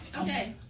Okay